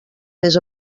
més